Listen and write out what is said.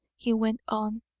he went on,